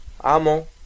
Amo